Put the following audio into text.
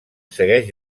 segueix